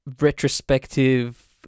retrospective